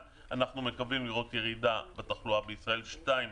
מקווים לראות ירידה בתחלואה בישראל ודבר שני,